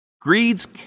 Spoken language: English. Greed's